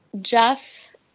Jeff